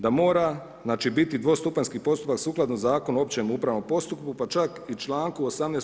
Da mora znači biti dvostupanjski postupak biti sukladno Zakonu o općem upravnom postupku pa čak i članku 18.